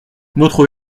notre